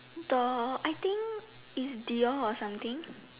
the I think is Dior or something